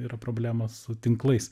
yra problema su tinklais